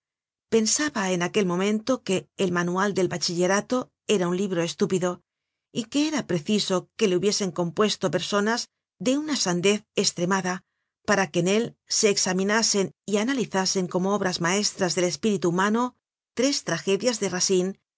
pensaba en aquel momento que el manual del bachillerato era un libro estúpido y que era preciso que le hubiesen compuesto personas de una sandez estremada para que en él se examinasen y analizasen como obras maestras del espíritu humano tres tragedias de racine